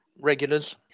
regulars